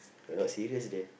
you're not serious then